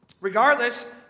Regardless